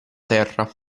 terra